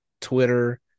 Twitter